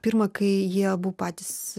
pirma kai jie abu patys